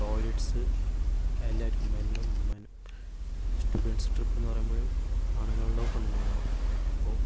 toilets എല്ലാവർക്കും മെന്നും വുമനും സ്റ്റുഡൻസ് ട്രിപ്പ് എന്ന് പറയുമ്പോഴും ആണുങ്ങൾ ഉണ്ടാവും പെണ്ണുങ്ങൾ ഉണ്ടാവും അപ്പോൾ